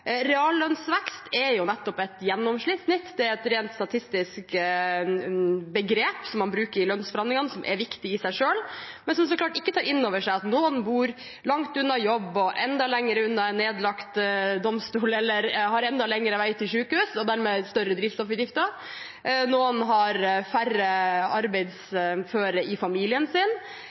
Reallønnsvekst er nettopp et gjennomsnitt, det er et rent statistisk begrep som man bruker i lønnsforhandlingene, og som er viktig i seg selv. Begrepet tar så klart ikke inn over seg at noen bor langt unna jobb og enda lenger unna en nedlagt domstol, eller har enda lengre vei til sykehus og dermed større drivstoffutgifter. Noen har færre arbeidsføre i familien sin,